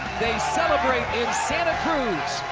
they celebrate in santa cruz,